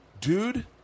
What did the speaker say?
dude